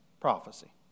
prophecy